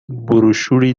بروشوری